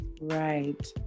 right